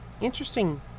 interesting